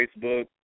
Facebook